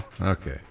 Okay